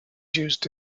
used